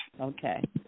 Okay